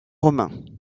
romain